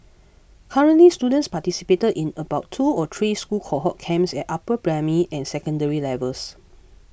currently students participate in about two or three school cohort camps at upper primary and secondary levels